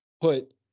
put